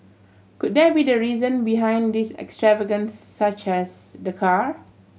could that be the reason behind this extravagance such as the car